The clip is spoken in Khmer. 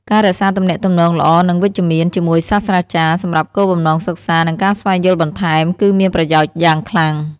ការរក្សាទំនាក់ទំនងល្អ និងវិជ្ជមាន ជាមួយសាស្រ្តាចារ្យសម្រាប់គោលបំណងសិក្សា និងការស្វែងយល់បន្ថែម គឺមានប្រយោជន៍យ៉ាងខ្លាំង។